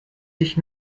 sich